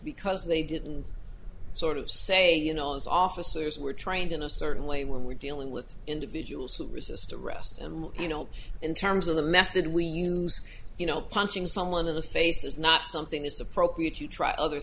because they didn't sort of say you know these officers were trained in a certain way when we're dealing with individuals who resist arrest and you know in terms of the method we use you know punching someone in the face is not something that's appropriate you try other